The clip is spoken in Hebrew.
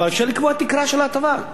אבל אפשר לקבוע תקרה של ההטבה.